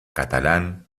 catalán